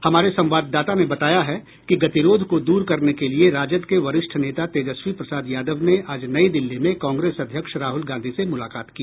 हमारे संवाददाता ने बताया है कि गतिरोध को दूर करने के लिए राजद के वरिष्ठ नेता तेजस्वी प्रसाद यादव ने आज नई दिल्ली में कांग्रेस अध्यक्ष राहुल गांधी से मुलाकात की